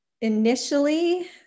Initially